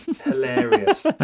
Hilarious